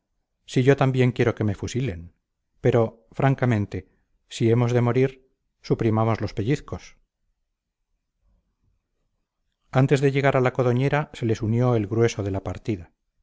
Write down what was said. si yo también quiero que me fusilen pero francamente si hemos de morir suprimamos los pellizcos antes de llegar a la codoñera se les unió el grueso de la partida